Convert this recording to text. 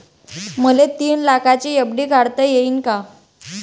मले तीन लाखाची एफ.डी काढता येईन का?